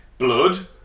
Blood